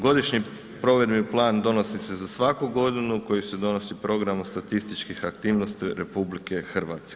Godišnji provedbeni plan donosi se za svaku godinu koji se donosi programom statističkih aktivnosti RH.